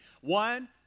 One